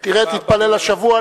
אם תתפלל השבוע,